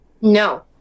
No